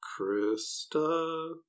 Krista